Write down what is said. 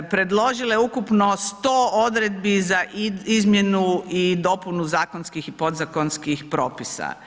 Predložila je ukupno 100 odredbi za izmjenu i dopunu zakonskih i podzakonskih propisa.